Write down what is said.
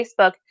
facebook